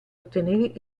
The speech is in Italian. ottenere